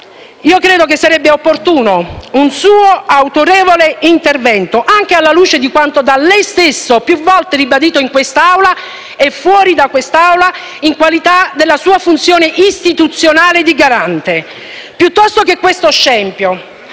io credo che sarebbe opportuno un suo autorevole intervento, anche alla luce di quanto da lei stesso più volte ribadito in quest'Aula e fuori da quest'Aula in forza della sua funzione istituzionale di garante. Piuttosto che questo scempio,